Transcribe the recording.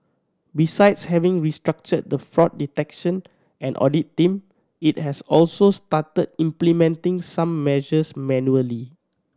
besides having restructured the fraud detection and audit team it has also started implementing some measures manually